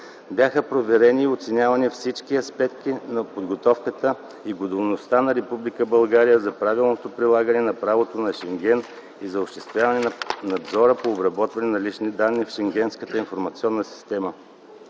Бяха проверени и оценявани всички аспекти на подготовката и готовността на Република България за правилното прилагане на правото на Шенген и за осъществяване на надзора по обработване на лични данни в Шенгенската информационна система.